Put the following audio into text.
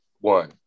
one